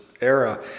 era